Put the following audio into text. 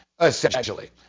essentially